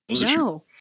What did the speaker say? No